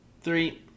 three